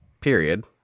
period